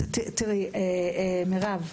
מירב,